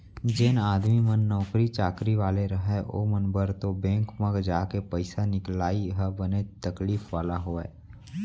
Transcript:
जेन आदमी मन नौकरी चाकरी वाले रहय ओमन बर तो बेंक म जाके पइसा निकलाई ह बनेच तकलीफ वाला होय